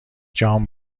جان